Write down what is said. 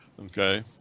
Okay